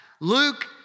Luke